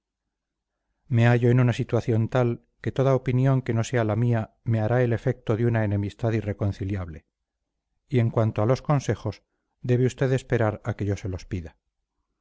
me hallo en una situación tal que toda opinión que no sea la mía me hará el efecto de una enemistad irreconciliable y en cuanto a los consejos debe usted esperar a que yo se los pida